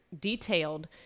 detailed